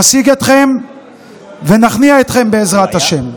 נשיג אתכם ונכניע אתכם, בעזרת השם.